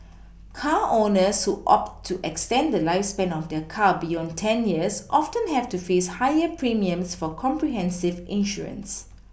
car owners who opt to extend the lifespan of their car beyond ten years often have to face higher premiums for comprehensive insurance